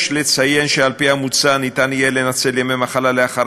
יש לציין שעל-פי המוצע ניתן יהיה לנצל ימי מחלה לאחר